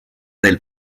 del